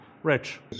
Rich